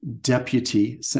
deputy